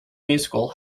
musical